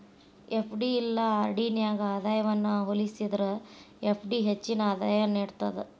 FD ಇಲ್ಲಾ RD ನ್ಯಾಗ ಆದಾಯವನ್ನ ಹೋಲಿಸೇದ್ರ ಎಫ್.ಡಿ ಹೆಚ್ಚಿನ ಆದಾಯ ನೇಡ್ತದ